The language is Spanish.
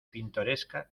pintoresca